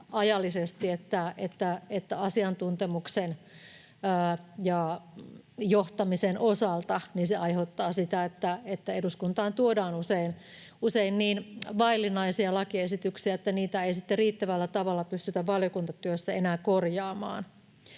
ajallisesti että asiantuntemuksen ja johtamisen osalta, aiheuttaa sitä, että eduskuntaan tuodaan usein niin vaillinaisia lakiesityksiä, että niitä ei sitten riittävällä tavalla pystytä valiokuntatyössä enää korjaamaan.